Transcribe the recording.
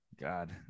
God